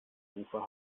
ufer